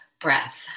breath